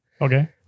okay